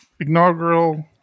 inaugural